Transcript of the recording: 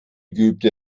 geübte